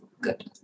Good